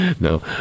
No